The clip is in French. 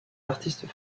artistes